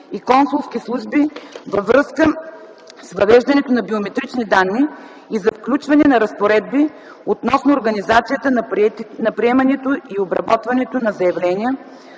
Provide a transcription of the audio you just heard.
и консулски служби във връзка с въвеждането на биометрични данни и за включване на разпоредби относно организацията на приемането и обработването на заявления